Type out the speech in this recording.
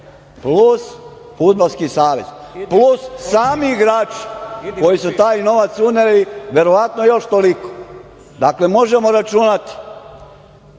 plus Fudbalski savez, plus sami igrači koji su taj novac uneli, verovatno još toliko. Dakle, možemo računati